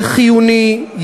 זה חיוני.